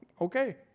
okay